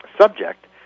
subject